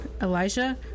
Elijah